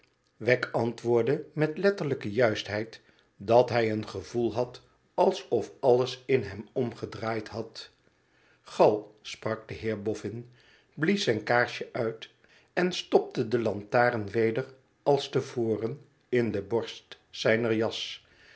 wegg antwoordde met letterlijke juistheid dat hij een gevoel had alsof alles in hem omgedraaid had ga sprak de heer bofn blies zijn kaarsje uit en stopte de lantaren weder als te voren in de borst zijner